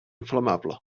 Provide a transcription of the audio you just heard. inflamable